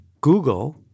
Google